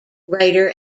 writer